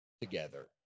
together